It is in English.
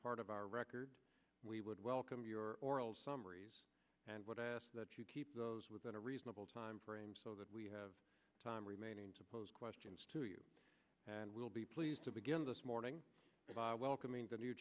part of our record we would welcome your oral summaries and what i ask that you keep those within a reasonable time frame so that we have time remaining to pose questions to you and we'll be pleased to begin this morning by welcoming the new